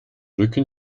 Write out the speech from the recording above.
rücken